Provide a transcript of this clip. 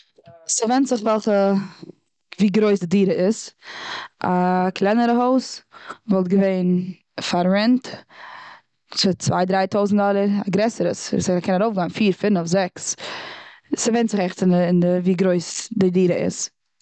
ס'ווענדט זיך וועלכע ווי גרויס די דירה איז. א קלענערע הויז, וואלט געווען פאר רענט צוויי, דרייי, טויזנט דאלער. א גרעסערע, ס'קען ארויף גיין פיר, פינעף, זעקס. ס'ווענדט זיך עכט ווי גרויס די דירה איז.